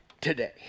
today